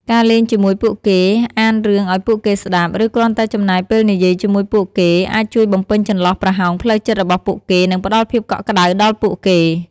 ការលេងជាមួយពួកគេ អានរឿងឱ្យពួកគេស្ដាប់ ឬគ្រាន់តែចំណាយពេលនិយាយជាមួយពួកគេ អាចជួយបំពេញចន្លោះប្រហោងផ្លូវចិត្តរបស់ពួកគេ និងផ្ដល់ភាពកក់ក្ដៅដល់ពួកគេ។